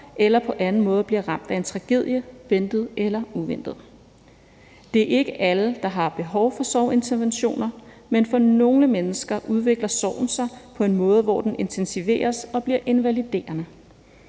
eller på anden måde bliver ramt af en tragedie – ventet eller uventet. Det er ikke alle, der har behov for sorginterventioner, men for nogle mennesker udvikler sorgen sig på en måde, hvor den intensiveres og bliver invaliderende.